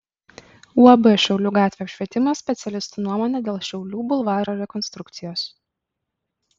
uab šiaulių gatvių apšvietimas specialistų nuomonė dėl šiaulių bulvaro rekonstrukcijos